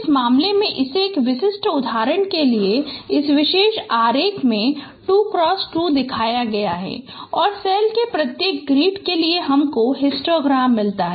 तो इस मामले में इसे एक विशिष्ट उदाहरण के लिए इस विशेष आरेख में 2x2 दिखाया गया है और सेल के प्रत्येक ग्रिड के लिए हमको हिस्टोग्राम मिलता है